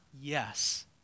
yes